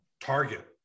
target